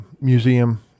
Museum